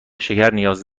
شکرنیاز